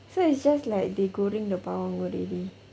so it's just like they goreng the bawang already